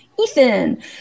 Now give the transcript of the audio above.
Ethan